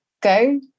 go